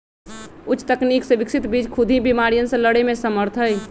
उच्च तकनीक से विकसित बीज खुद ही बिमारियन से लड़े में समर्थ हई